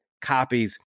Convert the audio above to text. copies